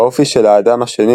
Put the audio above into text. האופי של האדם השני